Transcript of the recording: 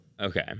Okay